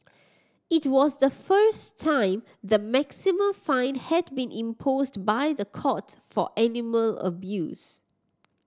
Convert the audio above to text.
it was the first time the maximum fine had been imposed by the courts for animal abuse